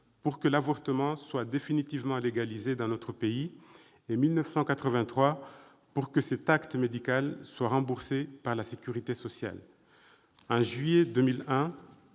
pour que l'avortement soit définitivement légalisé dans notre pays et 1983 pour que cet acte médical soit remboursé par la sécurité sociale. En juillet 2001,